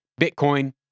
Bitcoin